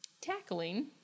tackling